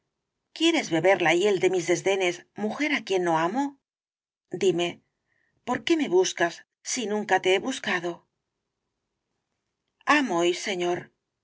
quieres beber la hiél de mis desdenes mujer á quien no amo dime por qué me buscas si nunca te he buscado amo y